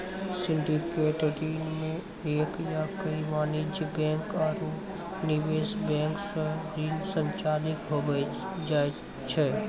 syndicated ऋण मे एक या कई वाणिज्यिक बैंक आरू निवेश बैंक सं ऋण संचालित हुवै छै